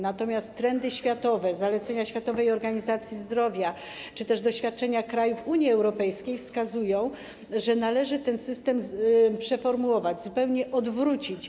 Natomiast trendy światowe, zalecenia Światowej Organizacji Zdrowia czy też doświadczenia krajów Unii Europejskiej wskazują, że należy ten system przeformułować, zupełnie odwrócić.